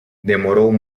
demorou